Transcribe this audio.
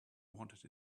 wanted